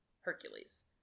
Hercules